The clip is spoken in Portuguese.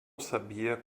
sabia